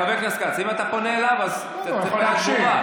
חבר הכנסת כץ, אם אתה פונה אליו, אז תהיה תגובה.